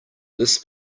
this